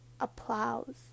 applause